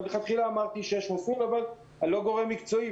מלכתחילה אמרתי שיש מסלול אבל אני לא גורם מקצועי,